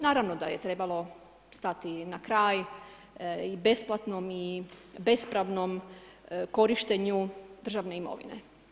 Naravno da je trebalo stati na kraj i besplatnom i bespravnom korištenju državne imovine.